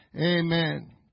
Amen